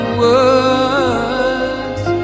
words